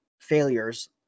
failures